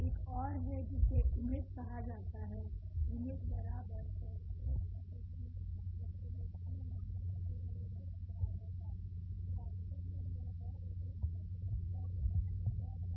एक और है जिसे इमेज कहा जाता हैImx∈𝑌 𝑥∈𝑋जिसके लिए𝐹𝑥𝑦